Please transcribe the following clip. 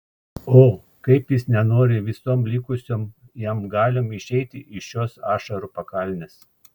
o kaip jis nenori visom likusiom jam galiom išeiti iš šios ašarų pakalnės